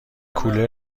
کولر